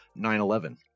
9-11